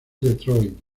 detroit